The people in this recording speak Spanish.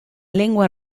lenguas